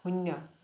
শূন্য